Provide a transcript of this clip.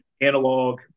analog